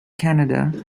canada